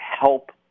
help